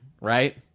right